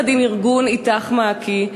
יחד עם ארגון "איתך-מעכי",